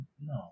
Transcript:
No